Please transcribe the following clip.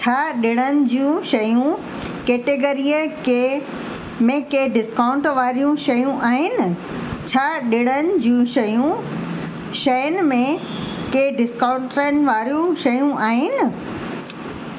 छा डि॒णनि जूं शयूं कैटेगरीअ के में के डिस्काउंट वारियूं शयूं आहिनि छा डि॒णनि जूं शयूं शयुनि में के डिस्काउंटनि वारियूं शयूं आहिनि